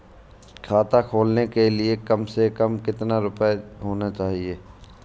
खाता खोलने के लिए कम से कम कितना रूपए होने चाहिए?